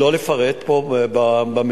שלא לפרט פה במליאה.